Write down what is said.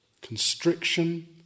constriction